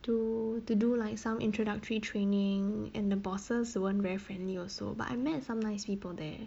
to to do like some introductory training and the bosses weren't very friendly also but I met some nice people there